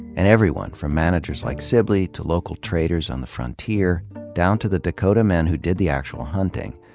and everyone, from managers like sib ley to local traders on the frontier down to the dakota men who did the actual hunting,